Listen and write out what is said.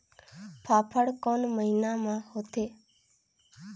फाफण कोन महीना म होथे?